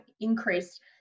increased